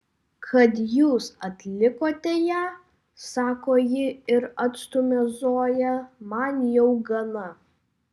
kad jūs atlikote ją sako ji ir atstumia zoją man jau gana